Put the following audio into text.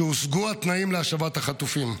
שהושגו התנאים להשבת החטופים.